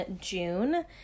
June